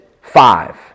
five